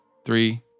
Three